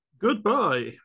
Goodbye